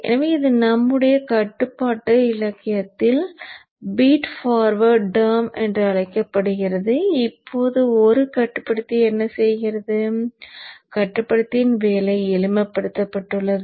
எனவே இது நம்முடைய கட்டுப்பாட்டு இலக்கியத்தில் ஃபீட் ஃபார்வர்ட் டெர்ம் என்று அழைக்கப்படுகிறது இப்போது ஒரு கட்டுப்படுத்தி என்ன செய்கிறது கட்டுப்படுத்தியின் வேலை எளிமைப்படுத்தப்பட்டுள்ளது